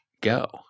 go